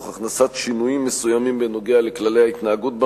תוך הכנסת שינויים מסוימים בנוגע לכללי ההתנהגות במליאה,